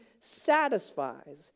satisfies